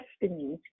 destiny